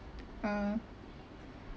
ah